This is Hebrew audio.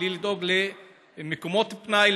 בלי לדאוג למקומות פנאי,